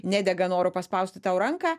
nedega noru paspausti tau ranką